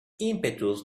impetus